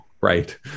right